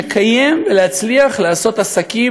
לקיים ולהצליח לעשות עסקים,